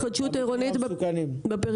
אינסנטיב להתחדשות עירונית בפריפריה.